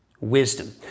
wisdom